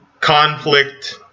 conflict